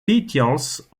petioles